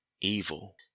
evil